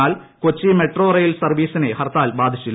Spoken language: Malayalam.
എന്നാൽ കൊച്ചി മെട്രോ റെയിൽ സർവീസിനെ ഹർത്താൽ ബാധിച്ചില്ല